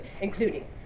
including